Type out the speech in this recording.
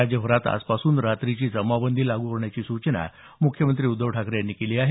राज्यभरात आजपासून रात्रीची जमावबंदी लागू करण्याची सूचना मुख्यमंत्री उद्धव ठाकरे यांनी केली आहे